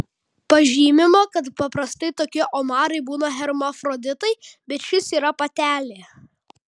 pažymima kad paprastai tokie omarai būna hermafroditai bet šis yra patelė